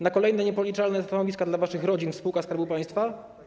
Na kolejne niepoliczalne stanowiska dla waszych rodzin w spółkach Skarbu Państwa?